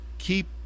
keep